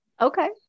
Okay